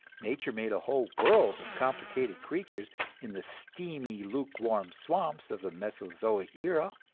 nature made a whole world of complicated creatures in the steamy, luke-warm swamps of the mesozoic era,